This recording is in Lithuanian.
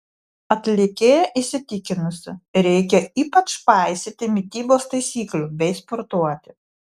atlikėja įsitikinusi reikia ypač paisyti mitybos taisyklių bei sportuoti